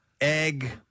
egg